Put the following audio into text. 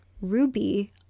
Ruby